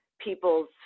people's